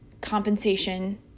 compensation